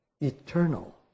eternal